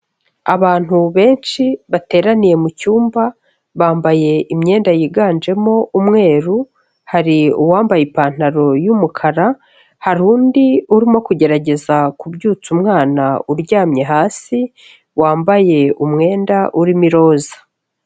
Abantu benshi bateraniye mu cyumba bambaye imyenda yiganjemo umweru, hari uwambaye ipantaro y'umukara, hari undi urimo kugerageza kubyutsa umwana uryamye hasi, wambaye umwenda urimo iroza.